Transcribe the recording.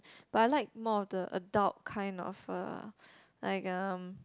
but I like more of the adult kind of uh like um